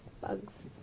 Bugs